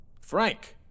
Frank